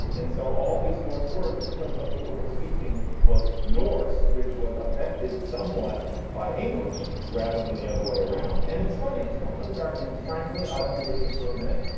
and so all these n words are because what people were speaking was norse, which was affected somewhat by english rather than the other way around. and it's funny. it's one of those arguments, frankly, i don't believe it for minute,